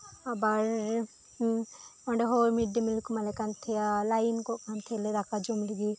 ᱟᱵᱟᱨ ᱚᱸᱰᱮᱦᱚ ᱢᱤᱰᱰᱮᱢᱤᱞ ᱠᱚ ᱮᱢᱟᱞᱮ ᱠᱟᱱ ᱛᱟᱦᱮᱫᱼᱟ ᱞᱟᱹᱭᱤᱱ ᱠᱚᱜ ᱠᱟᱱ ᱛᱟᱦᱮᱱᱟᱞᱮ ᱫᱟᱠᱟᱡᱚᱢ ᱞᱟᱹᱜᱤᱫ